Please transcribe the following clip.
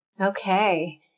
Okay